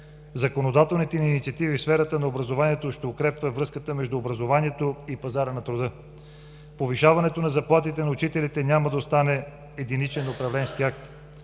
Законодателните ни инициативи в сферата на образованието ще укрепват връзката между образованието и пазара на труда. Повишаването на заплатите на учителите няма да остане единичен управленски акт.